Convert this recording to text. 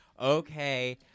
okay